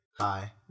Hi